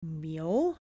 meal